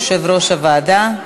יושב-ראש הוועדה.